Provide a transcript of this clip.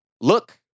look